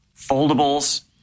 foldables